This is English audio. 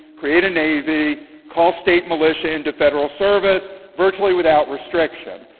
create a navy, call state militia into federal service, virtually without restriction.